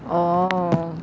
oh